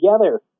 together